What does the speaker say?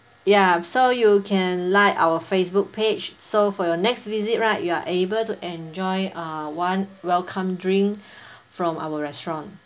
ya so you can like our Facebook page so for your next visit right you're able to enjoy a one welcome drink from our restaurant